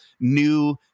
new